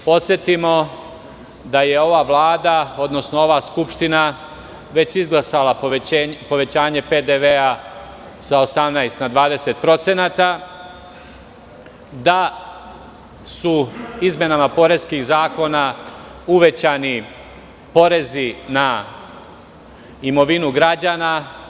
Podsetimo da je ova Vlada odnosno ova Skupština već izglasala povećanje PDV-a sa 18 na 20%, da su izmenama poreskih zakona uvećani porezi na imovinu građana.